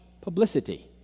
publicity